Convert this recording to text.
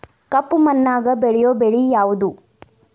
ಕಪ್ಪು ಮಣ್ಣಾಗ ಬೆಳೆಯೋ ಬೆಳಿ ಯಾವುದು?